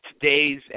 today's